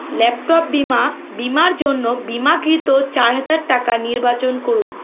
laptop বীমা বীমার জন্য বিমাকৃত চার হাজার টাকা নির্বাচন করুন